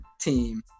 team